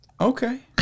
Okay